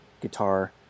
guitar